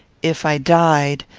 if i died,